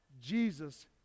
Jesus